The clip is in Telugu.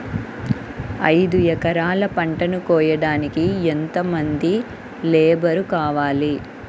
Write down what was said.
ఐదు ఎకరాల పంటను కోయడానికి యెంత మంది లేబరు కావాలి?